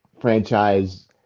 franchise